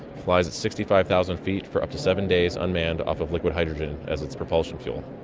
flies at sixty five thousand feet for up to seven days unmanned off of liquid hydrogen as its propulsion fuel.